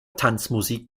tanzmusik